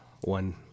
one